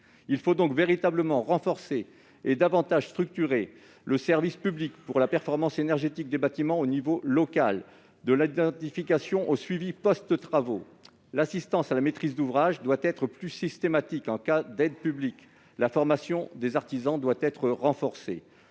Il faut donc véritablement renforcer et davantage structurer le service public pour la performance énergétique des bâtiments à l'échelon local, de l'identification au suivi post-travaux. L'assistance à la maîtrise d'ouvrage doit être plus systématique en cas d'aide publique. La formation des artisans doit être renforcée.